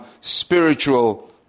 spiritual